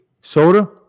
Soda